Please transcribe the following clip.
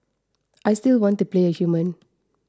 I still want to play a human